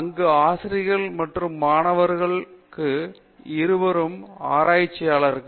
அங்கு ஆசிரியர்களும் மற்றும் மாணவர்களும் என இருவரும் ஆராய்ச்சியாளர்கள்